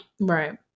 Right